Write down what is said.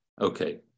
okay